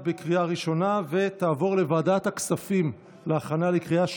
התשפ"ג 2023, לוועדת הכספים התקבלה.